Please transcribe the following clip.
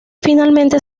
finalmente